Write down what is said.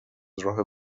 راه